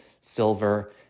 silver